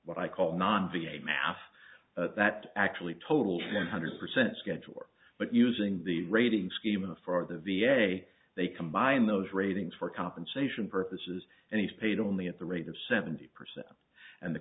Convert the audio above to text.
what i call non v a math that actually total one hundred percent scheduler but using the rating schema for the v a they combine those ratings for compensation purposes and he's paid only at the rate of seventy percent and the